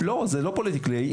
לא, זה לא פוליטיקלי.